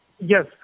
Yes